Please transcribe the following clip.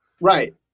Right